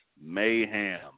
Mayhem